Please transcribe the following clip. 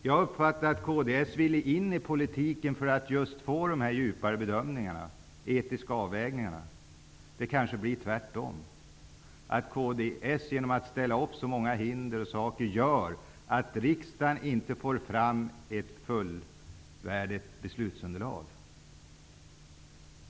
Jag har uppfattat att kds ville komma in i politiken just för att få de här djupare bedömningarna och de här etiska avvägningarna. Men det blir kanske tvärtom, dvs. att kds t.ex. genom att man ställer upp så många hinder förorsakar att riksdagen inte får fram ett fullvärdigt beslutsunderlag.